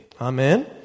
Amen